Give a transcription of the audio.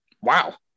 Wow